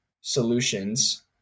solutions